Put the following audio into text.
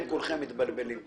כולכם מתבלבלים.